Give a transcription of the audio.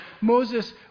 Moses